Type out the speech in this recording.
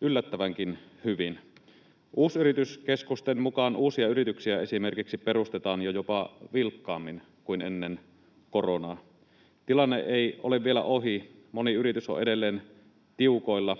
yllättävänkin hyvin. Uusyrityskeskusten mukaan uusia yrityksiä esimerkiksi perustetaan jo jopa vilkkaammin kuin ennen koronaa. Tilanne ei ole vielä ohi. Moni yritys on edelleen tiukoilla.